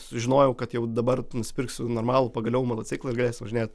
sužinojau kad jau dabar nusipirksiu normalų pagaliau motociklą ir galėsiu važinėt